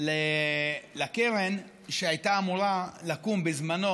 לקרן שהייתה אמורה לקום בזמנו.